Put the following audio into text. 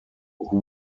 who